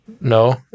No